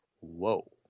whoa